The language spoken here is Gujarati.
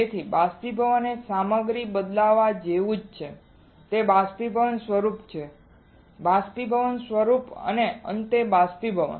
તેથી બાષ્પીભવન એ સામગ્રીને બદલવા જેવું જ છે તે બાષ્પીભવન સ્વરૂપ છે બાષ્પીભવન સ્વરૂપ અને અંતે બાષ્પીભવન